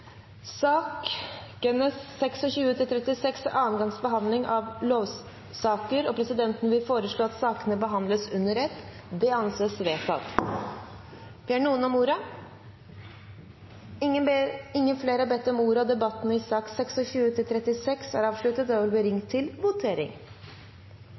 Sakene 26–36 er andre gangs behandling av lovsaker, og presidenten vil foreslå at sakene behandles under ett. – Det anses vedtatt. Ingen har bedt om ordet til sakene nr. 26–36. I sak nr. 3 trekker vi forslag nr. 30, som er